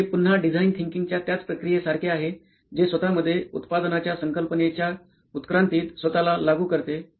तर हे पुन्हा डिझाईन थिंकींगच्या त्याच प्रक्रियेसारखे आहे जे स्वतःमध्ये उत्पादनाच्या संकल्पनेच्या उत्क्रांतीत स्वतःला लागू करते